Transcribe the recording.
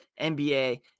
NBA